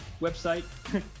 website